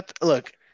Look